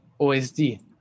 OSD